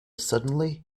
suddenly